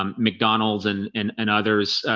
um mcdonald's and and and others, ah,